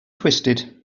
twisted